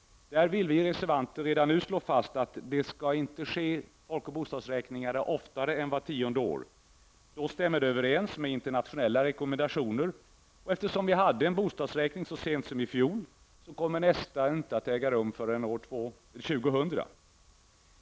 Vi reservanter vill redan nu slå fast att folk och bostadsräkningar inte skall ske oftare än vart tionde år. Detta stämmer då överens med internationella rekommendationer. Eftersom vi hade en folk och bostadsräkning så sent som i fjol, kommer inte nästa att äga rum förrän år 2000.